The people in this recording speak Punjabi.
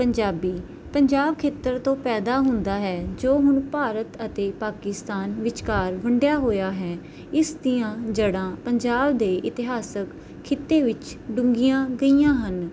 ਪੰਜਾਬੀ ਪੰਜਾਬ ਖੇਤਰ ਤੋਂ ਪੈਦਾ ਹੁੰਦਾ ਹੈ ਜੋ ਹੁਣ ਭਾਰਤ ਅਤੇ ਪਾਕਿਸਤਾਨ ਵਿਚਕਾਰ ਵੰਡਿਆ ਹੋਇਆ ਹੈ ਇਸ ਦੀਆਂ ਜੜ੍ਹਾਂ ਪੰਜਾਬ ਦੇ ਇਤਿਹਾਸਿਕ ਖਿੱਤੇ ਵਿੱਚ ਡੂੰਘੀਆਂ ਗਈਆਂ ਹਨ